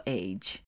age